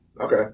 Okay